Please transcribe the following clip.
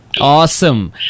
awesome